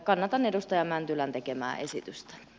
kannatan edustaja mäntylän tekemää esitystä